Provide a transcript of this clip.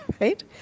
right